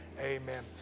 Amen